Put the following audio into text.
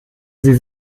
sie